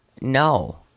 no